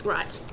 Right